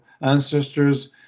ancestors